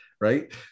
right